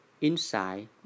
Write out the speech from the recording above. inside